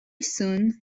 soon